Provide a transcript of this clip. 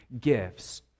gifts